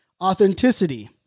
authenticity